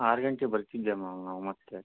ಆರು ಗಂಟೆಗೆ ಬರ್ತಿದ್ದೆ ಮ್ಯಾಮ್ ನಾವು ಮತ್ತೆ